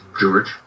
George